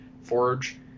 forge